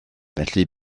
felly